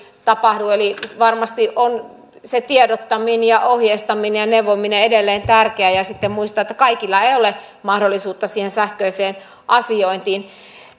tapahdu eli varmasti on se tiedottaminen ja ohjeistaminen ja neuvominen edelleen tärkeää ja sitten pitää muistaa että kaikilla ei ole mahdollisuutta siihen sähköiseen asiointiin